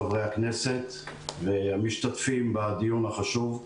חברי כנסת והמשתתפים בדיון החשוב.